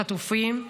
ואת משפחות החטופים.